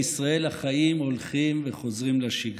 בישראל החיים הולכים וחוזרים לשגרה.